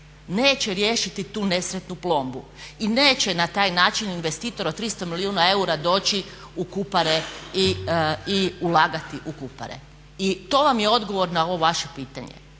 neće riješiti tu nesretnu plombu. I neće na taj način investitor od 300 milijuna eura doći u Kupare i ulagati u Kupare. I to vam je odgovor na ovo vaše pitanje.